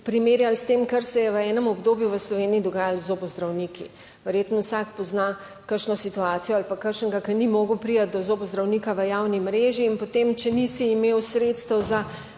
primerjali s tem, kar se je v enem obdobju v Sloveniji dogajalo z zobozdravniki. Verjetno vsak pozna kakšno situacijo ali pa kakšnega, ki ni mogel priti do zobozdravnika v javni mreži in potem, če nisi imel sredstev za